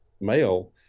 male